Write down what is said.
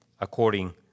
according